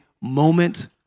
moment